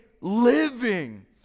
living